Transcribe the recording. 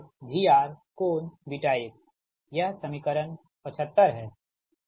VVR∠xयह समीकरण 75 है ठीक